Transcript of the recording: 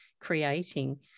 creating